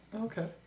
Okay